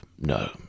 no